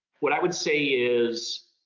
what i would say is,